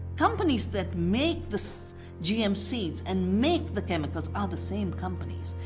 companies that make the gm seeds and make the chemicals are the same companies.